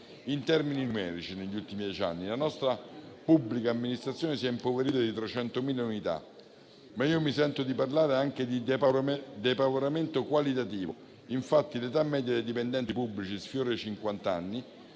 in termini numerici negli ultimi dieci anni. La nostra pubblica amministrazione si è impoverita di 300.000 unità, ma io mi sento di parlare anche di depauperamento qualitativo: l'età media dei dipendenti pubblici sfiora i